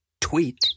tweet